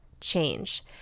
change